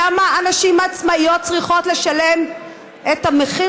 למה נשים עצמאיות צריכות לשלם את המחיר